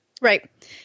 Right